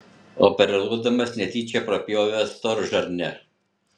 operuodamas netyčia prapjovė storžarnę